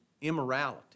immorality